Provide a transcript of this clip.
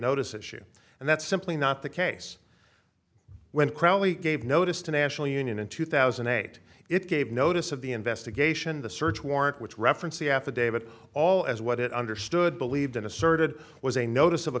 notice issue and that's simply not the case when crowley gave notice to national union in two thousand and eight it gave notice of the investigation the search warrant which referenced the affidavit all as what it understood believed and asserted was a notice of a